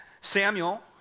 Samuel